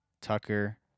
Tucker